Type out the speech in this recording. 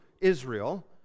Israel